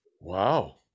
Wow